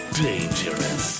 dangerous